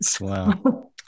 Wow